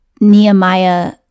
Nehemiah